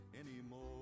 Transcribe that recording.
anymore